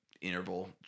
interval